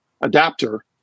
adapter